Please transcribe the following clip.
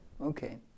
okay